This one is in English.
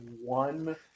one